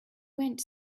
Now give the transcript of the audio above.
went